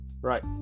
Right